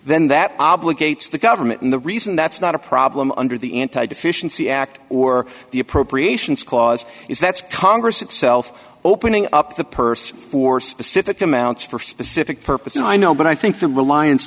then that obligates the government and the reason that's not a problem under the anti deficiency act or the appropriations clause is that's congress itself opening up the purse for specific amounts for specific purposes i know but i think the reliance